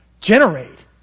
generate